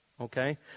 Okay